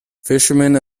fishermen